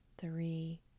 three